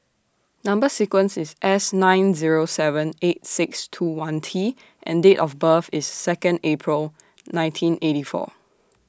Number sequence IS S nine Zero seven eight six two one T and Date of birth IS Second April nineteen eighty four